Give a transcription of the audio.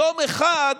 יום אחד,